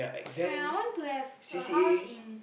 well I want to have a house in